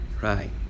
Right